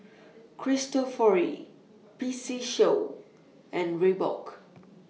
Cristofori P C Show and Reebok